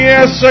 Yes